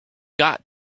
got